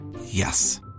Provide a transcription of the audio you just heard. Yes